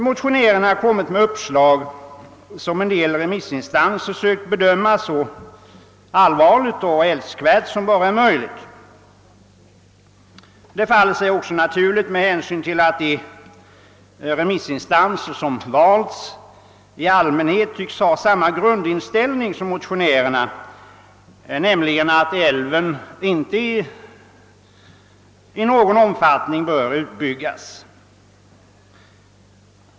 Motionärerna har kommit med uppslag som en del remissinstanser sökt bedöma så allvarligt och så älskvärt som det bara är möjligt. Detta föll sig också naturligt med hänsyn till att de remissinstanser som valts i allmänhet har samma grundinställning som motionärerna, nämligen att älven inte i någon omfattning bör utbyggas.